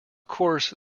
course